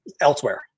elsewhere